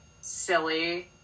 silly